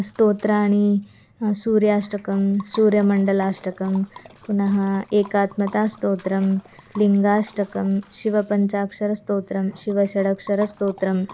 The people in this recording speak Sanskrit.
स्तोत्राणि सूर्याष्टकं सूर्यमण्डलाष्टकं पुनः एकात्मतास्तोत्रं लिङ्गाष्टकं शिवपञ्चाक्षरस्तोत्रं शिवषडाक्षरस्तोत्रम्